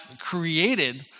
created